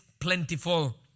plentiful